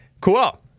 Cool